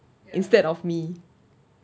instead of me